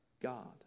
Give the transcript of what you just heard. God